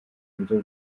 buryo